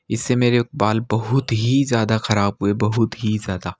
इस से मेरे बाल बहुत ही ज़्यादा ख़राब हुए बहुत ही ज़्यादा